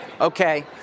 Okay